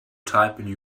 typing